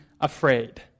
afraid